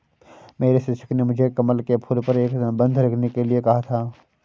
मेरे शिक्षक ने मुझे कमल के फूल पर एक निबंध लिखने के लिए कहा था